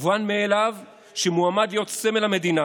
המובן מאליו הוא שמועמד להיות סמל המדינה